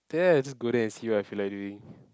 there I just go there and see what I feel like doing